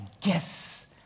guess